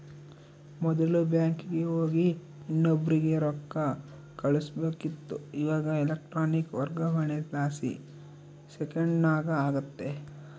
ಮೊದ್ಲು ಬ್ಯಾಂಕಿಗೆ ಹೋಗಿ ಇನ್ನೊಬ್ರಿಗೆ ರೊಕ್ಕ ಕಳುಸ್ಬೇಕಿತ್ತು, ಇವಾಗ ಎಲೆಕ್ಟ್ರಾನಿಕ್ ವರ್ಗಾವಣೆಲಾಸಿ ಸೆಕೆಂಡ್ನಾಗ ಆಗ್ತತೆ